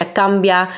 cambia